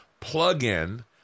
plugin